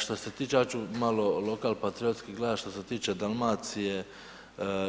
Što se tiče, ja ću malo lokal patriotski gledat, što se tiče Dalmacije